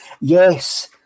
yes